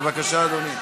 בבקשה, אדוני.